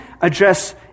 address